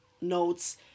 notes